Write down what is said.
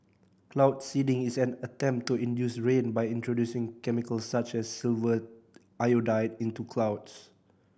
cloud seeding is an attempt to induce rain by introducing chemicals such as silver iodide into clouds